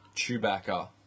Chewbacca